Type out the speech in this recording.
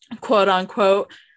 quote-unquote